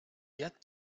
yet